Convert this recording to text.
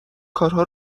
کارها